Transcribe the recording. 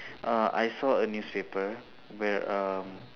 uh I saw a newspaper where um